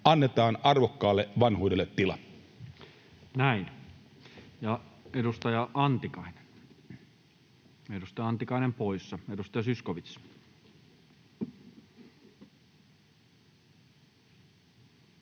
Annetaan arvokkaalle vanhuudelle tila. Näin. — Edustaja Antikainen poissa. — Edustaja Zyskowicz.